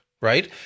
right